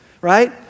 Right